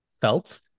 felt